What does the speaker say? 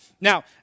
Now